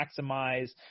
maximize